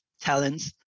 talents